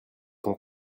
ton